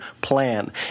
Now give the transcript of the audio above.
plan